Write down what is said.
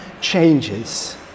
changes